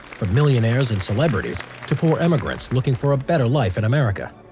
from millionaires and celebrities to poor immigrants looking for a better life in america.